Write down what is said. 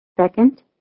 Second